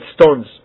stones